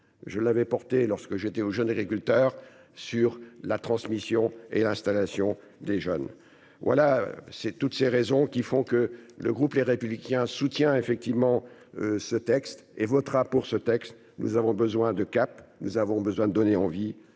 je l'avais porté lorsque j'étais aux jeunes agriculteurs sur la transmission et l'installation des jeunes. Voilà, c'est toutes ces raisons qui font que le groupe Les Républicains soutient effectivement ce texte et votera pour ce texte, nous avons besoin de cap. Nous avons besoin de donner envie,